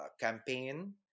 campaign